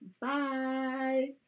Bye